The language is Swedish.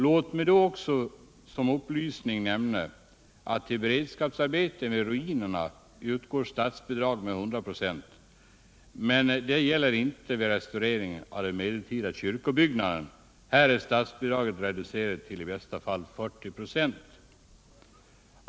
Låt mig då också som upplysning nämna att till beredskapsarbeten vid ruinerna utgår statsbidrag med 10096, men det gäller inte restaurering av de medeltida kyrkobyggnaderna. Här är statsbidraget reducerat till i bästa fall 40 96.